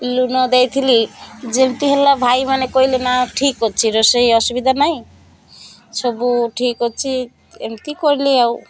ଲୁଣ ଦେଇଥିଲି ଯେମିତି ହେଲା ଭାଇ ମାନେ କହିଲେ ନା ଠିକ୍ ଅଛି ରୋଷେଇ ଅସୁବିଧା ନାହିଁ ସବୁ ଠିକ୍ ଅଛି ଏମିତି କଲି ଆଉ